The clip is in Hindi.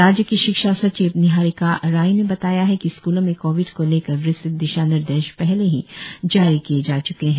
राज्य की शिक्षा सचिव निहारिका राय ने बताया है कि स्कूलों में कोविड को लेकर विस्त्त दिशानिर्देश पहले ही जारी किए जा च्के है